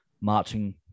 marching